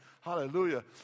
Hallelujah